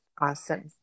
Awesome